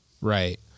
Right